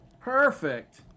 Perfect